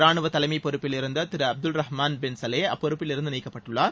ரானுவ தலைமை பொறுப்பில் இருந்த திரு அப்துல் ரஹ்மாள் பின் சலே அப்பொறுப்பிலிருந்து நீக்கப்பட்டுள்ளார்